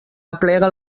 aplega